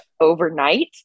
overnight